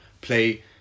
play